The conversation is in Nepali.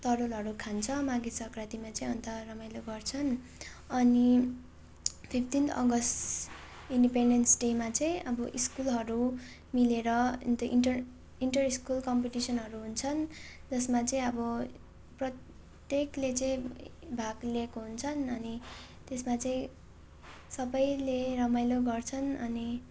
तरुलहरू खान्छ माघे सङ्क्रान्तिमा चाहिँ अन्त रमाइलो गर्छन् अनि फिफ्टिन अगस्त इन्डिपेन्डेन्स डेमा चाहिँ अब स्कुलहरू मिलेर अन्त इन्टर इन्टर स्कुल कम्पिटिसनहरू हुन्छन् जसमा चाहिँ अब प्रत्येकले चाहिँ भाग लिएको हुन्छन् अनि त्यसमा चाहिँ सबैले रमाइलो गर्छन् अनि